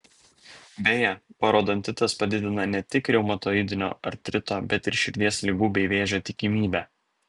beje parodontitas padidina ne tik reumatoidinio artrito bet ir širdies ligų bei vėžio tikimybę